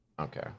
Okay